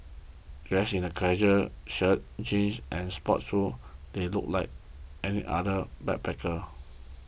dressed in casual shirts jeans and sports shoes they looked like any other backpacker